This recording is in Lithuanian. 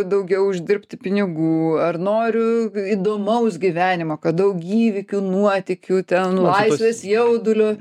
daugiau uždirbti pinigų ar noriu įdomaus gyvenimo kad daug įvykių nuotykių ten laisvės jaudulio